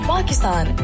Pakistan